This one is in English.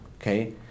Okay